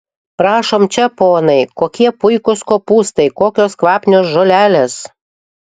prašom čia ponai kokie puikūs kopūstai kokios kvapnios žolelės